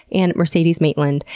and mercedes maitland,